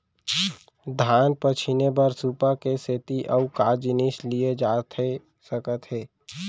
धान पछिने बर सुपा के सेती अऊ का जिनिस लिए जाथे सकत हे?